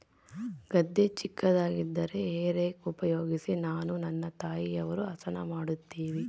ಗದ್ದೆ ಚಿಕ್ಕದಾಗಿದ್ದರೆ hay rake ಉಪಯೋಗಿಸಿ ನಾನು ನನ್ನ ತಾಯಿಯವರು ಹಸನ ಮಾಡುತ್ತಿವಿ